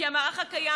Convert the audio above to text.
כי המערך הקיים,